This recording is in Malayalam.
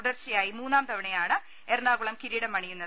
തുടർച്ചയായി മൂന്നാം തവണയാണ് എറണാകുളം കിരീടമണിയുന്നത്